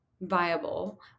viable